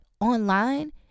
online